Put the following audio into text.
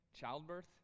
Childbirth